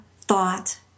thought